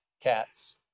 cats